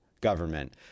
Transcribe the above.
government